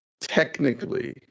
Technically